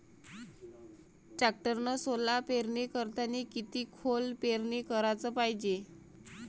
टॅक्टरनं सोला पेरनी करतांनी किती खोल पेरनी कराच पायजे?